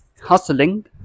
hustling